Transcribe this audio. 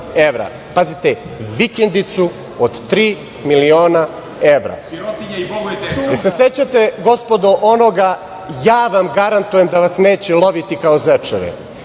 Pazite, vikendicu od tri miliona evra. Jel se sećate, gospodo, onoga – ja vam garantujem da vas neće loviti kao zečeve?